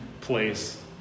place